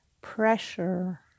pressure